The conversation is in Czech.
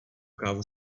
kávu